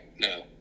no